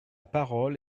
parole